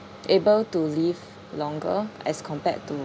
able to live longer as compared to